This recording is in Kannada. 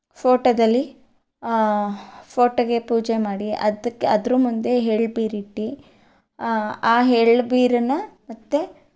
ಫೋಟೊದಲ್ಲಿ ಫೋಟೊಗೆ ಪೂಜೆ ಮಾಡಿ ಅದಕ್ಕೆ ಅದ್ರ ಮುಂದೆ ಎಳ್ಳು ಬೀರಿ ಇಟ್ಟು ಆ ಎಳ್ಳು ಬೀರನ್ನು ಮತ್ತೆ